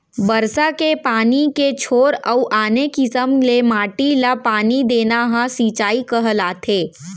बरसा के पानी के छोर अउ आने किसम ले माटी ल पानी देना ह सिंचई कहलाथे